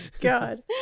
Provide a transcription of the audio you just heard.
God